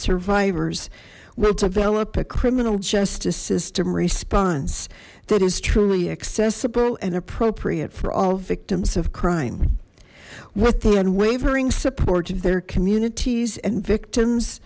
survivors will develop a criminal justice system response that is truly accessible and appropriate for all victims of crime with the unwavering support of their communities and victim